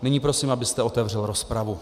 Nyní prosím, abyste otevřel rozpravu.